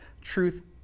truth